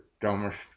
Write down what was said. dumbest